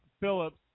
Phillips